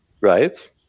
right